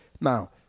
now